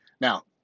Now